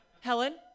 Helen